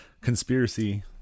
conspiracy